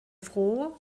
froh